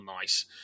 nice